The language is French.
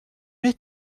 mai